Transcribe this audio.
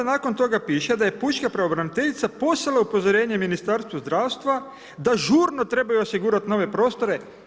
I onda nakon toga piše da je pučka pravobraniteljica poslala upozorenje Ministarstvu zdravstva da žurno trebaju osigurati nove prostore.